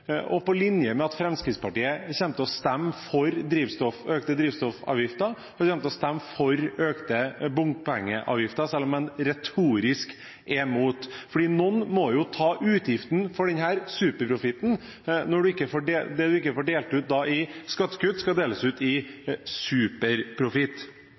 og på linje med at Fremskrittspartiet kommer til å stemme for økte drivstoffavgifter, og de kommer til å stemme for økte bompengeavgifter, selv om man retorisk er mot. Noen må jo ta utgiften for denne superprofitten. Det en ikke får delt ut i skattekutt, skal deles ut